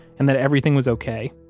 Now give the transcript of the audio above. and that everything was ok.